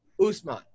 Usman